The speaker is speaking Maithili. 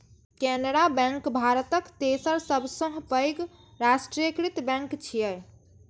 केनरा बैंक भारतक तेसर सबसं पैघ राष्ट्रीयकृत बैंक छियै